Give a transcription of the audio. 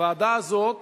הוועדה הזאת